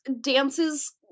dances